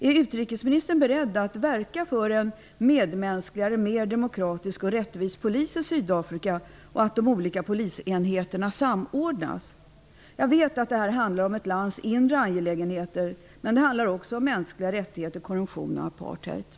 Är utrikesminstern beredd att verka för en medmänskligare, mer demokratisk och rättvis polis i Sydafrika och att de olika polisenheterna samordnas? Jag vet att det här handlar om ett lands inre angelägenheter, men det handlar också om mänskliga rättigheter, korruption och apartheid.